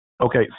Okay